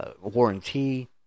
warranty